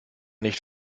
nicht